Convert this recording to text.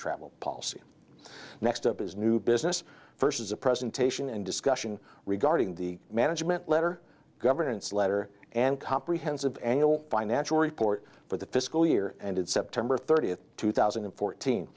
travel policy next up as new business versus a presentation and discussion regarding the management letter governance letter and comprehensive annual financial report for the fiscal year ended september thirtieth two thousand and fourteen